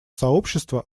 сообщества